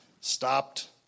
stopped